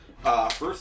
First